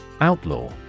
Outlaw